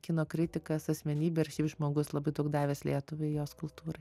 kino kritikas asmenybė ir šiaip žmogus labai daug davęs lietuvai jos kultūrai